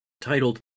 titled